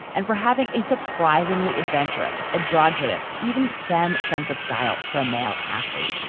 and for having a surprisingly adventurous, androgynous, even femme sense of style for a male athlete,